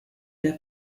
der